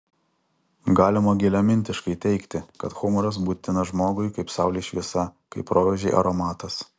galima giliamintiškai teigti kad humoras būtinas žmogui kaip saulės šviesa kaip rožei aromatas